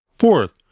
Fourth